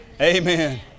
Amen